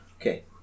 Okay